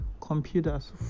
computers